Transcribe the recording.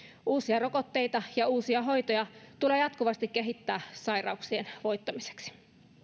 uusia rokotteita ja uusia hoitoja tulee jatkuvasti kehittää sairauksien voittamiseksi